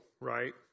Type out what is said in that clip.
right